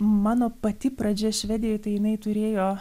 mano pati pradžia švedijoj tai jinai turėjo